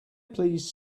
please